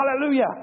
Hallelujah